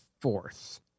fourth